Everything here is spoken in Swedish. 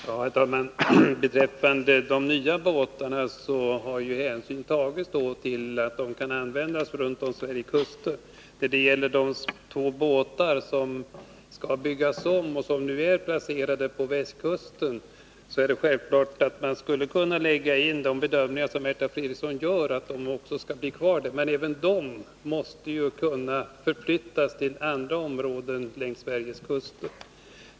Herr talman! Vad beträffar de nya båtarna har hänsyn tagits till att de skall kunna användas runt om Sveriges kuster. När det gäller de två båtar som skall byggas om och som nu är placerade på västkusten är det självklart att man skulle kunna lägga in de bedömningar som Märta Fredrikson gör för att de skall bli kvar där. Men även dessa båtar måste kunna förflyttas till andra områden längs Sveriges kuster.